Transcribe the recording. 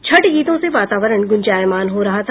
छठ गीतों से वातावरण गुंजायमान हो रहा था